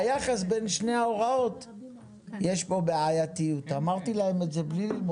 היא קובעת תקנות, היא באה לכאן ונגמר